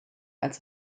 als